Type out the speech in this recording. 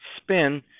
spin